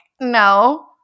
no